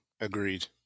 Agreed